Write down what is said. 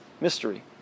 Mystery